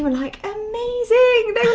like amazing!